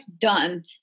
done